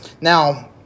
Now